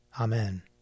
Amen